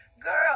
girl